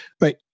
Right